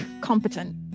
competent